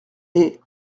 est